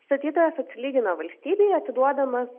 statytojas atlygina valstybei atiduodamas